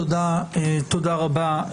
תודה רבה.